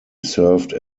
served